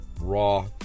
raw